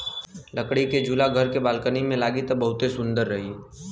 लकड़ी के झूला घरे के बालकनी में लागी त बहुते सुंदर रही